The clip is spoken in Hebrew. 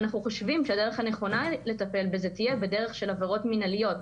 אנחנו חושבים שהדרך הנכונה לטפל בזה תהיה בדרך של עבירות מנהליות,